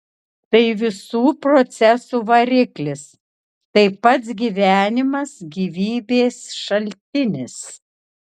tai visų procesų variklis tai pats gyvenimas gyvybės šaltinis